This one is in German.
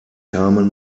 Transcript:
kamen